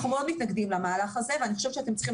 אנחנו מאוד מתנגדים למהלך הזה ואני חושבת שאתם צריכים